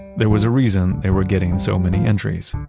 there was a reason they were getting so many entries.